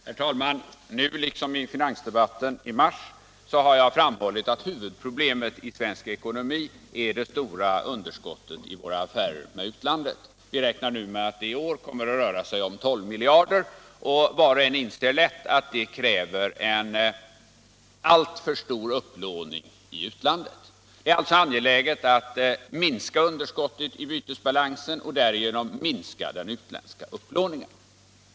Herr talman! Nu liksom i finansdebatten i mars har jag framhållit att huvudproblemet i svensk ekonomi är det stora underskottet i våra affärer med utlandet. Vi räknar nu med att det i år kommer att röra sig om 12 miljarder i underskott. Var och en inser lätt att det kräver en alltför stor upplåning i utlandet. Det väsentliga är alltså att minska underskottet i bytesbalansen och därigenom minska den utländska upplåningen.